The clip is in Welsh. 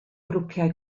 grwpiau